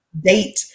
date